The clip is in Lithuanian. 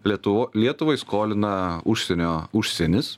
lietuva lietuvai skolina užsienio užsienis